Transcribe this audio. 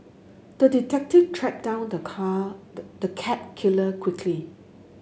the detective tracked down the car the cat killer quickly